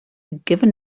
given